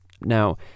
Now